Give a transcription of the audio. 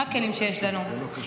מה הכלים שיש לנו?